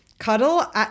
cuddle